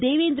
Devendra